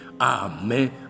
Amen